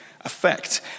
effect